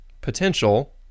potential